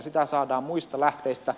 sitä saadaan muista lähteistä